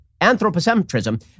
anthropocentrism